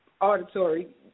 auditory